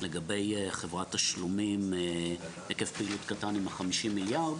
לגבי חברת תשלומים עם היקף פעילות קטן עם ה-50 מיליארד.